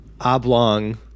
oblong